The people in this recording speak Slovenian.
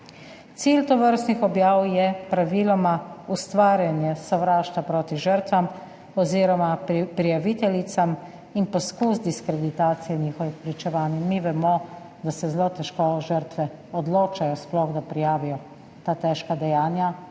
Cilj tovrstnih objav je praviloma ustvarjanje sovraštva proti žrtvam oziroma prijaviteljicam in poskus diskreditacije njihovih pričevanj. In mi vemo, da se žrtve zelo težko odločajo, da sploh prijavijo ta težka dejanja,